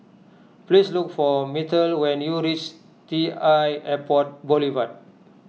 please look for Myrtle when you reach T l Airport Boulevard